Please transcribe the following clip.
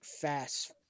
fast